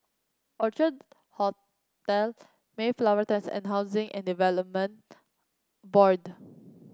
Orchard Hotel Mayflower Terrace and Housing and Development Board